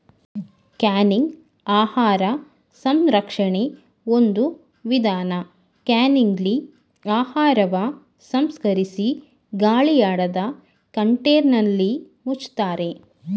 canning ಆಹಾರ ಸಂರಕ್ಷಣೆ ಒಂದು ವಿಧಾನ ಕ್ಯಾನಿಂಗ್ಲಿ ಆಹಾರವ ಸಂಸ್ಕರಿಸಿ ಗಾಳಿಯಾಡದ ಕಂಟೇನರ್ನಲ್ಲಿ ಮುಚ್ತಾರೆ